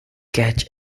catch